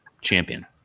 champion